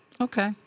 Okay